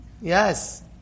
Yes